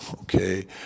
Okay